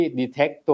detect